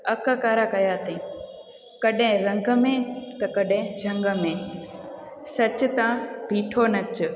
अखि कारा कया तईं कॾहिं रंग में त कॾहिं जंगि में सच त बीठो नच